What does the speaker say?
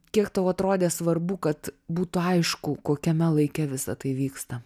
kiek tau atrodė svarbu kad būtų aišku kokiame laike visa tai vyksta